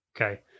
Okay